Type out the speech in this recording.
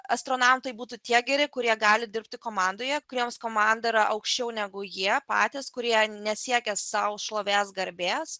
astronautai būtų tie geri kurie gali dirbti komandoje kurioms komanda yra aukščiau negu jie patys kurie nesiekia sau šlovės garbės